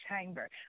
chamber